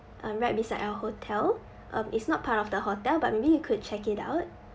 um right beside our hotel um it's not part of the hotel but maybe you could check it out